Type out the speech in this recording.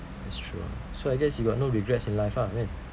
that's true ah so I guess you got no regrets in life lah man